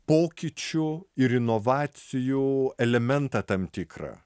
pokyčių ir inovacijų elementą tam tikrą